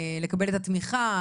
לקבל את התמיכה,